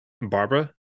Barbara